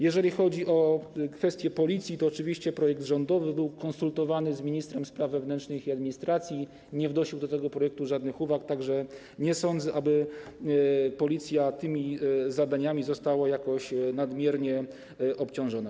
Jeżeli chodzi o kwestię Policji, to oczywiście projekt rządowy był konsultowany z ministrem spraw wewnętrznych i administracji, nie wnosił on do tego projektu żadnych uwag, tak że nie sądzę, aby Policja tymi zadaniami została jakoś nadmiernie obciążona.